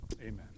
Amen